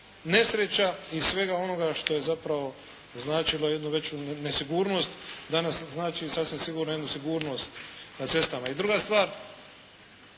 nesreća i svega onoga što je zapravo značilo jednu veću nesigurnost, danas znači sasvim sigurno jednu sigurnost na cestama. I druga stvar,